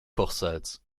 kochsalz